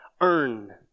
earn